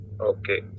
Okay